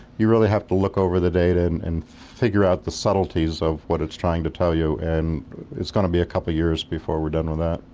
you really have to look over the data and and figure out the subtleties of what it's trying to tell you, and it's going to be a couple of years before we're done with that.